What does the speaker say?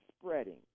spreading